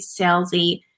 salesy